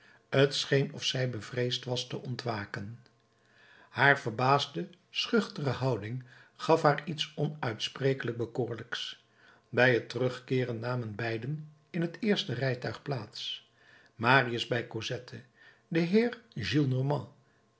t scheen of zij bevreesd was te ontwaken haar verbaasde schuchtere houding gaf haar iets onuitsprekelijk bekoorlijks bij het terugkeeren namen beiden in het eerste rijtuig plaats marius bij cosette de heer